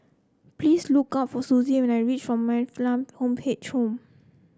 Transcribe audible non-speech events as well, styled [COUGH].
please look up for Suzy when I reach for Man Fatt Lam Home [UNINTELLIGIBLE] [UNINTELLIGIBLE]